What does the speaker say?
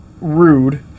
rude